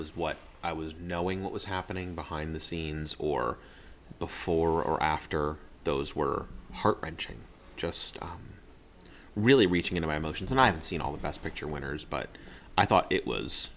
was what i was knowing what was happening behind the scenes or before or after those were heart wrenching just really reaching into my emotions and i haven't seen all the best picture winners but i thought it was